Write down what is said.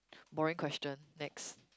boring question next